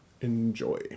enjoy